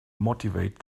motivate